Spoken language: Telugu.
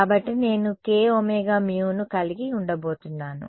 కాబట్టి నేను kωμ ను కలిగి ఉండబోతున్నాను